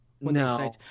No